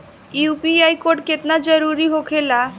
UPI code केतना जरुरी होखेला?